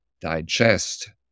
digest